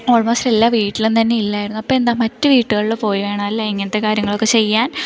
almost എല്ലാ വീട്ടിലും തന്നെ ഇല്ലായിരുന്നു അപ്പെന്താ മറ്റുവീട്ടുകളിൽ പോയിവേണം അല്ലേ ഇങ്ങനത്തെ കാര്യങ്ങളൊക്കെ ചെയ്യാൻ